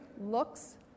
looks